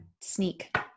sneak